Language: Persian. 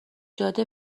جاده